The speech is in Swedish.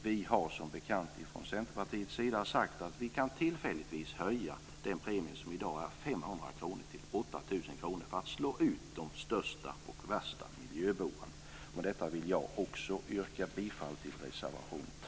Vi har som bekant från Centerpartiets sida sagt att vi kan tillfälligtvis höja den premie som i dag är 500 kr till 8 000 kr för att slå ut de största och värsta miljöbovarna. Jag vill yrka bifall till reservation 2.